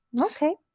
okay